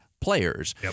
players